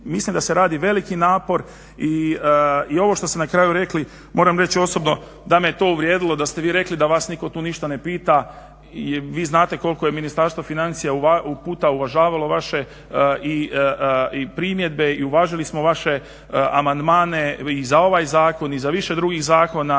mislim da se radi veliki napor i ovo što ste na kraju rekli, moram reći osobno da me to uvrijedilo, da ste vi rekli da vas nitko tu ništa ne pita i vi znate koliko je Ministarstvo financija puta uvažavalo vaše i primjedbe, i uvažili smo vaše amandmane i za ovaj zakon, i za više drugih zakona.